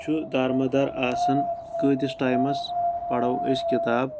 چھُ دارمدار آسَن کۭتِس ٹایمس پرو أسۍ کِتاب